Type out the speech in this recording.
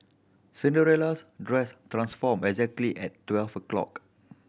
Cinderella's dress transformed exactly at twelve o'clock